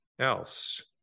else